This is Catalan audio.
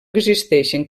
existeixen